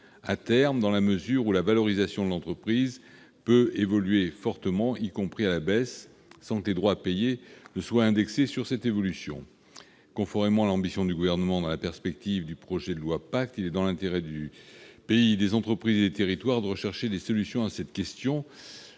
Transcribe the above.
à terme, dans la mesure où la valorisation de l'entreprise peut évoluer fortement, y compris à la baisse, sans indexation des droits à payer. Conformément à l'ambition du Gouvernement et dans la perspective du projet de loi PACTE, il est dans l'intérêt du pays, des entreprises et des territoires de rechercher des solutions à cette question.